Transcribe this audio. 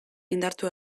indartu